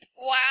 Wow